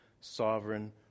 sovereign